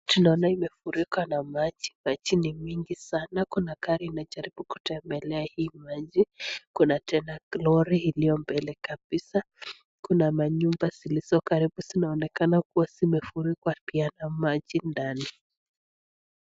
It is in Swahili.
Tunaona imefurikwa na maji, maji ni mingi sana. Kuna gari inajaribu kutembea kwa hii maji, kuna tena lori iliombele kabisa, kuna manyumba zilizo karibu zinaonekana kuwa zimefurikwa pia na maji ndani.